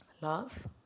Love